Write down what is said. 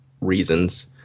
reasons